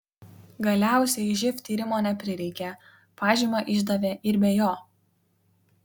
galiausiai živ tyrimo neprireikė pažymą išdavė ir be jo